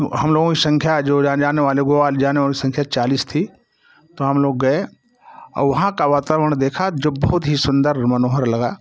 हम लोगों संख्या जो जाने वाले गोवा जाने वाले संख्या चालीस थी तो हम लोग गए और वहाँ का वातावरण देखा जो बहुत ही सुंदर और मनोहर लगा